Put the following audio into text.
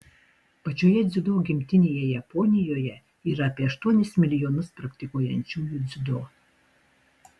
pačioje dziudo gimtinėje japonijoje yra apie aštuonis milijonus praktikuojančiųjų dziudo